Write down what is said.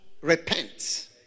repent